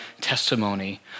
testimony